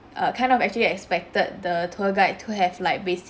uh I kind of actually expected the tour guide to have like basic